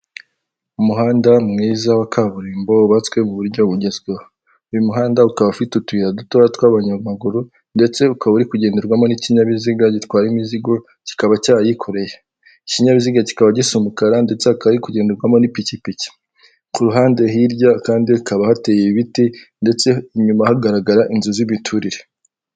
Umuhanda mwiza wa kaburimbo, wubatswe mu buryo bugezweho. Uyu muhanda ukaba ufite utuyira duto tw'abanyamaguru, ndetse ukaba uri kugenderwamo n'ikinyabiziga gitwara imizigo, kikaba cyayikoreye. Ikinyabiziga kikaba gisa umukara ndetse hakaba hari kugenderwamo n'ipikipiki, ku ruhande hirya kandi hakaba hateye ibiti, ndetse inyuma hagaragara inzu z'imiturire.